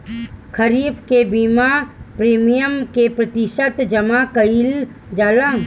खरीफ के बीमा प्रमिएम क प्रतिशत जमा कयील जाला?